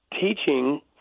teaching